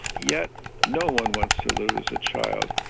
yet no one wants to lose a child.